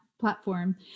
platform